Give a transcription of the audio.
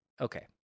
Okay